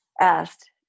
asked